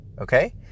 okay